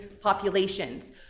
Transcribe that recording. populations